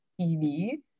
TV